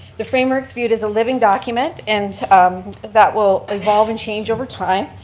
the framework's viewed as a living document and um that will evolve and change over time.